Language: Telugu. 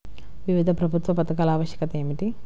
వివిధ ప్రభుత్వ పథకాల ఆవశ్యకత ఏమిటీ?